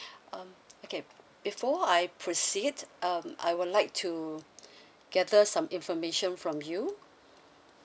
um okay before I proceed um I would like to gather some information from you